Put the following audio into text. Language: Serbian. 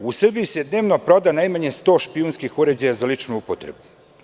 U Srbiji se dnevno proda najmanje 100 špijunskih uređaja za ličnu upotrebu.